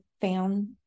found